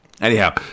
Anyhow